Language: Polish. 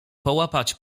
połapać